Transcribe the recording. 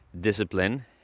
discipline